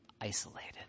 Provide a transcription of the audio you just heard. isolated